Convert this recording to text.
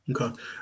Okay